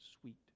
sweet